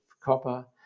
copper